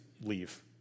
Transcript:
leave